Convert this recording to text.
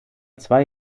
zwei